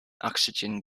oxygen